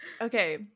Okay